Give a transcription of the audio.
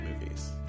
movies